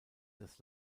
des